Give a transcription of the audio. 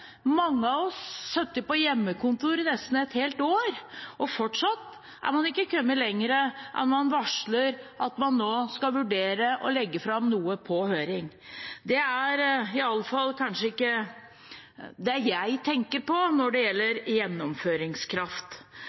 på hjemmekontor i nesten et helt år, og fortsatt er en ikke kommet lenger enn at en varsler at en nå skal vurdere å legge fram noe på høring. Det er i alle fall kanskje ikke det jeg tenker på som gjennomføringskraft. Men det